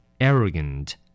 Arrogant